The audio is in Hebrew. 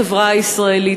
בחברה הישראלית,